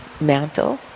Mantle